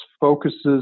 focuses